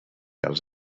als